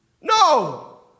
No